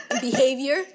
behavior